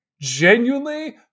Genuinely